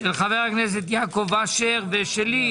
של חבר הכנסת יעקב אשר ושלי,